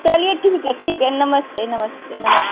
चलिए ठीक है ठीक है नमस्ते नमस्ते नमस्ते